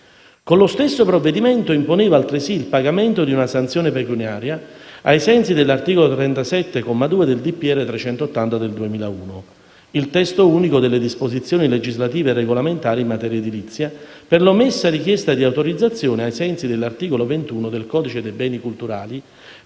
Con lo stesso provvedimento imponeva altresì il pagamento di una sanzione pecuniaria, ai sensi dell'articolo 37, comma 2 del decreto del Presidente della Repubblica n. 380 del 2001 (il testo unico delle disposizioni legislative e regolamentari in materia edilizia) per l'omessa richiesta di autorizzazione ai sensi dell'articolo 21 del codice dei beni culturali